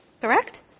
Correct